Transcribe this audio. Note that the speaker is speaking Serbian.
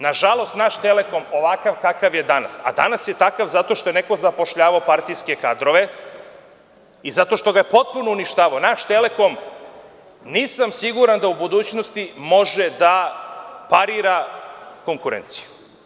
Nažalost, naš „Telekom“, ovakav kakav je danas, a danas je takav zato što je neko zapošljavao partijske kadrove i zato što ga je potpuno uništavao, nisam siguran da u budućnosti može da parira konkurenciji.